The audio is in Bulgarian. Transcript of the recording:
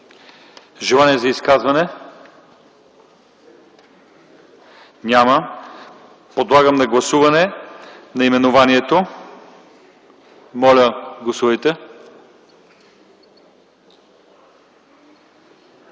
Желание за изказване няма. Подлагам на гласуване наименованието на закона. Моля, гласувайте.